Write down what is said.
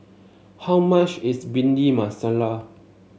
how much is Bhindi Masala